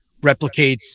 replicates